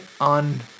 on